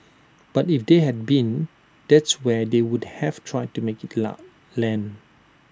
but if they had been that's where they would have tried to make IT laugh land